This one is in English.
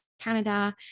Canada